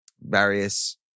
various